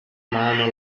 mano